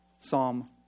Psalm